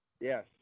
Yes